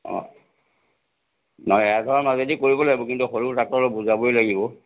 অ' নাই এৰা ধৰা মাজেদি কৰিব লাগিব কিন্তু হ'লেও তাকটো অলপ বুজাবই লাগিব